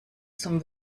zum